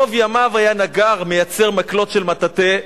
רוב ימיו היה נגר, מייצר מקלות של מטאטא.